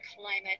climate